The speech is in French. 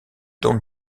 don